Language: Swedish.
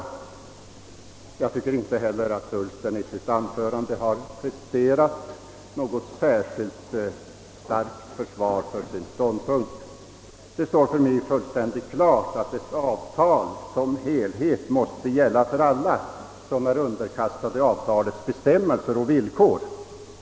Jag tycker inte heller att herr Ullsten i sitt anförande presterat något särskilt starkt försvar för sin ståndpunkt. Det står för mig fullständigt klart att ett avtal som helhet måste gälla för alla som är underkastade avtalets bestämmelser och villkor.